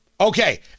Okay